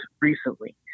recently